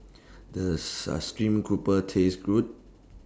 Does Sa Stream Grouper Taste Good